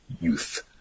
youth